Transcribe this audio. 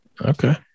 Okay